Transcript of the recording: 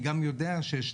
אני גם יודע שיש